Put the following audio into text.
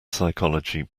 psychology